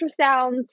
ultrasounds